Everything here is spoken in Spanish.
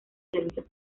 servicios